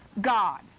God